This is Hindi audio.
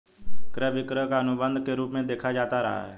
क्रय विक्रय को अनुबन्ध के रूप में देखा जाता रहा है